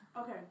Okay